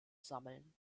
sammeln